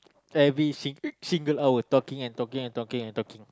every sing~ single hour talking and talking and talking and talking